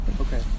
Okay